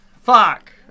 Fuck